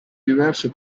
diverse